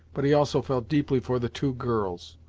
but he also felt deeply for the two girls.